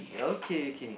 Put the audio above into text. okay okay